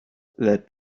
let